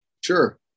Sure